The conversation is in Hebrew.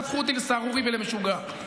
הפכו אותי לסהרורי ולמשוגע.